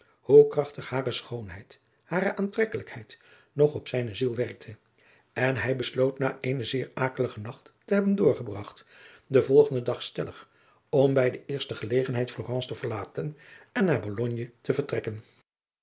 hoe krachtig hare schoonheid hare aantrekkelijkheid nog op zijne ziel werkte en hij besloot na eenen zeer akeligen nacht te hebben doorgebragt den volgenden dag stelig om bij de eerste gelegenheid florence te verlaten en naar bologne te vertrekken